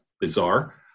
bizarre